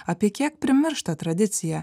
apie kiek primirštą tradiciją